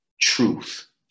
truth